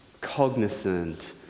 cognizant